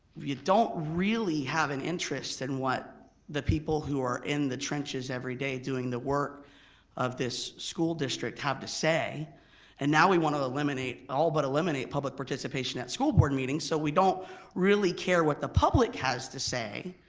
you don't really have an interest in and what the people who are in the trenches every day doing the work of this school district have to say and now we wanna eliminate, all but eliminate all public participation at school board meetings so we don't really care what the public has to say,